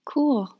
Cool